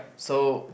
so